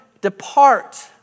depart